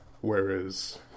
whereas